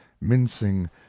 mincing